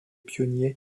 pionniers